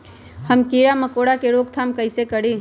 हम किरा मकोरा के रोक थाम कईसे करी?